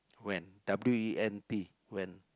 went W E N T went